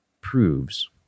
proves